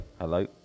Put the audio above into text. Hello